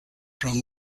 from